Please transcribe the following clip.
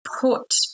put